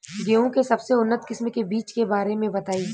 गेहूँ के सबसे उन्नत किस्म के बिज के बारे में बताई?